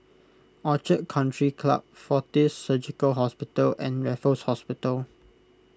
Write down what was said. Orchid Country Club fortis Surgical Hospital and Raffles Hospital